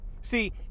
See